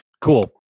Cool